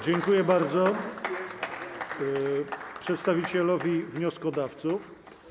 Dziękuję bardzo przedstawicielowi wnioskodawców.